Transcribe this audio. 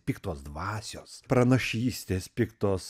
piktos dvasios pranašystės piktos